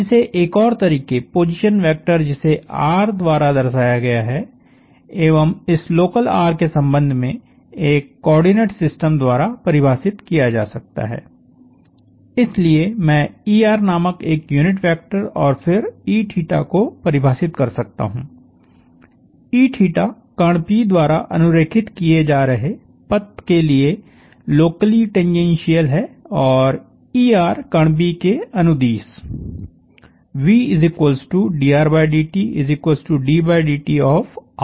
इसे एक और तरीके पोजीशन वेक्टर जिसे द्वारा दर्शाया गया है एवं इस लोकल r के संबंध में एक कोआर्डिनेट सिस्टम द्वारा परिभाषित किया जा सकता है इसलिए मैं er नामक एक यूनिट वेक्टर और फिर e को परिभाषित कर सकता हूं e कण P द्वारा अनुरेखित किए जा रहे पथ के लिए लोकली टेंजेंसियल है और er कण P के अनुदिशvdrdtddt है